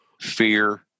Fear